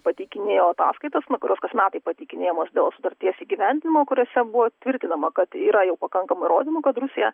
pateikinėjo ataskaitas nuo kurios kas metai pateikinėjamos dėl sutarties įgyvendinimo kuriuose buvo tvirtinama kad yra jau pakankamai įrodymų kad rusija